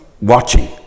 watching